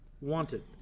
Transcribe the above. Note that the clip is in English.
wanted